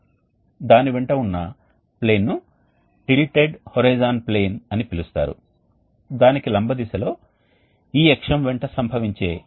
కాబట్టి వేడి వాయువు దీని గుండా వెళుతుంది ఇది రోటరీ రీజెనరేటర్ లేదా చక్రం గుండా వెళుతుంది దీనిని హీట్ వీల్ అని కూడా పిలుస్తారు మరియు అది బయటకు వస్తున్నప్పుడు అది ఇప్పటికే కొంత మొత్తంలో ఉష్ణ శక్తిని జమ చేసింది